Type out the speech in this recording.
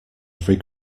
every